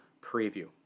preview